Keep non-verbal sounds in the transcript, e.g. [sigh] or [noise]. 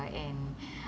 and [breath]